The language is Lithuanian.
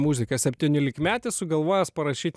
muziką septyniolikmetis sugalvojęs parašyt